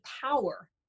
power